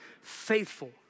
faithful